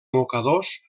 mocadors